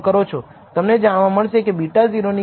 તમને જાણવા મળશે કે β0 ની ઉત્તમ કિંમત ખરેખર y છે